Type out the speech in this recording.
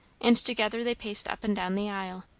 and together they paced up and down the aisle.